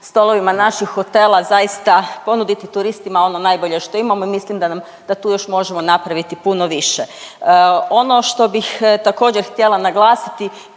naših hotela, zaista ponuditi turistima ono najbolje što imamo i mislim da tu još možemo napraviti puno više. Ono što bih također htjela naglasiti,